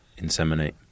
inseminate